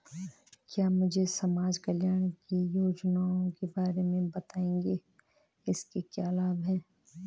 क्या मुझे समाज कल्याण की योजनाओं के बारे में बताएँगे इसके क्या लाभ हैं?